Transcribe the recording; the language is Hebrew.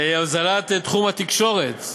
הוזלת תחום התקשורת.